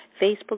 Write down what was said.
Facebook